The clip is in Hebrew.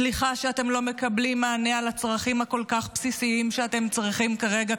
סליחה שאתם לא מקבלים מענה על הצרכים הכל-כך בסיסיים שאתם צריכים כרגע,